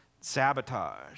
Sabotage